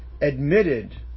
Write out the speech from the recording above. admitted